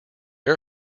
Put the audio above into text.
air